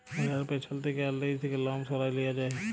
ভ্যাড়ার পেছল থ্যাকে আর লেজ থ্যাকে লম সরাঁয় লিয়া হ্যয়